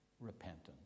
Repentance